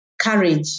courage